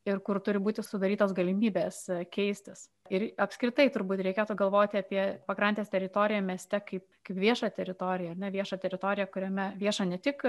ir kur turi būti sudarytos galimybės keistis ir apskritai turbūt reikėtų galvoti apie pakrantės teritoriją mieste kaip viešą teritoriją ar ne viešą teritoriją kuriame viešą ne tik